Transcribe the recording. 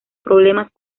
problemas